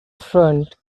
front